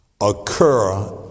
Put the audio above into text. occur